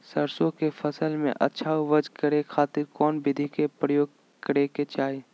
सरसों के फसल में अच्छा उपज करे खातिर कौन विधि के प्रयोग करे के चाही?